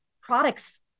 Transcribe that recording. products-